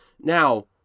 Now